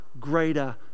greater